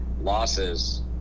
losses